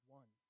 one